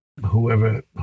Whoever